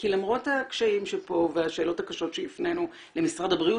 כי למרות הקשיים שפה והשאלות הקשות שהפנינו למשרד הבריאות,